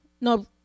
no